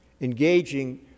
engaging